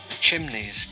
chimneys